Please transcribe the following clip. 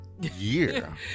year